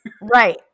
Right